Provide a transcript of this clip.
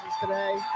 today